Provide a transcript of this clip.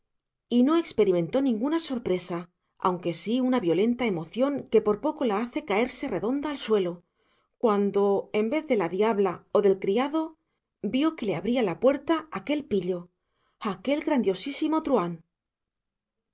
y no experimentó ninguna sorpresa aunque sí una violenta emoción que por poco la hace caerse redonda al suelo cuando en vez de la diabla o del criado vio que le abría la puerta aquel pillo aquel grandiosísimo truhán